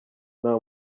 nta